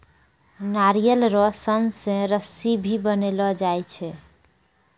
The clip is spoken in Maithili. नारियल रो सन से रस्सी भी बनैलो जाय छै